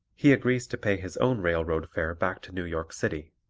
he agrees to pay his own railroad fare back to new york city